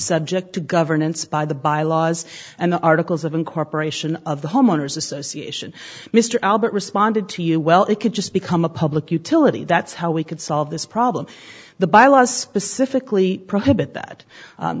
subject to governance by the bylaws and the articles of incorporation of the homeowners association mr albert responded to you well it could just become a public utility that's how we could solve this problem the bylaws specifically prohibit that